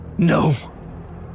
No